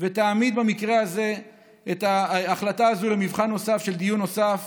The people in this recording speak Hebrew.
ותעמיד במקרה הזה את ההחלטה הזאת למבחן של דיון נוסף.